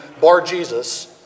Bar-Jesus